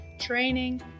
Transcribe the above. training